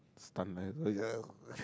stun like a